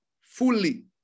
fully